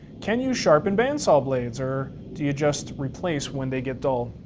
can you sharpen bandsaw blades or do you just replace when they get dull?